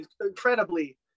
incredibly